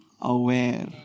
aware